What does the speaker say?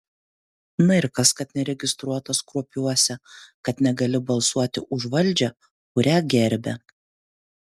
na ir kas kad neregistruotas kruopiuose kad negali balsuoti už valdžią kurią gerbia